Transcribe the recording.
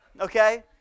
okay